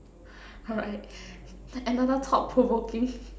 alright another thought provoking